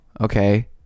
Okay